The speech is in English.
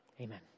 Amen